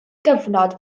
gyfnod